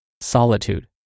solitude